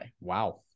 Wow